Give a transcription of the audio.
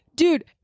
Dude